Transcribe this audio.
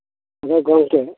ᱦᱮᱸ ᱜᱚᱝᱠᱮ